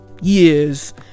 years